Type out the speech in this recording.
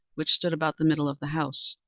which stood about the middle of the house,